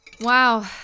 Wow